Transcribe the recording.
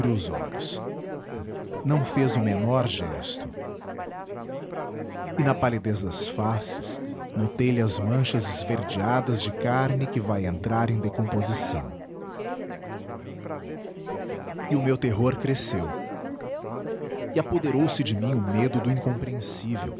os olhos não fez o menor gesto e na palidez das faces notei lhe as manchas esverdeadas de carne que vai entrar em decomposição e o meu terror cresceu e apoderou-se de mim o medo do incompreensível